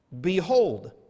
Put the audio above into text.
Behold